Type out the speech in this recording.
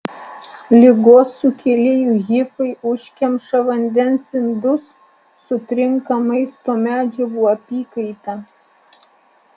ligos sukėlėjų hifai užkemša vandens indus sutrinka maisto medžiagų apykaita